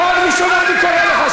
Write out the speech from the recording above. פעם ראשונה אני קורא אותך.